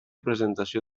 presentació